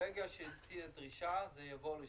ברגע שתהיה דרישה היא תגיע לשם.